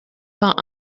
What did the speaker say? vingt